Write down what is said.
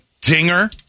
Dinger